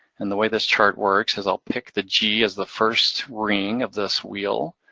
and the way this chart works is i'll pick the g as the first ring of this wheel,